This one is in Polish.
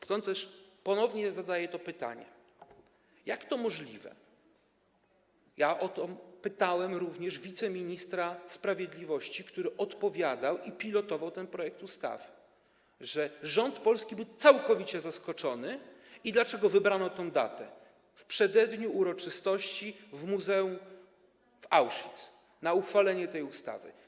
Stąd też ponownie zadaję to pytanie: Jak to jest możliwe - pytałem o to również wiceministra sprawiedliwości, który odpowiadał za ten projekt i pilotował ten projekt ustawy - że rząd polski był całkowicie zaskoczony, i dlaczego wybrano tę datę, w przededniu uroczystości w muzeum Auschwitz, na uchwalenie tej ustawy?